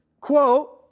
quote